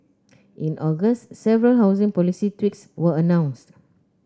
in August several housing policy tweaks were announced